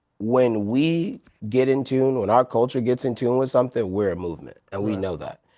when we get in tune, when our culture gets in tune with something, we're a movement, and we know that.